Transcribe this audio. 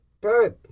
Good